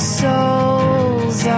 souls